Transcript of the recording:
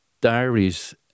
diaries